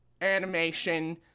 animation